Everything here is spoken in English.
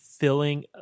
Filling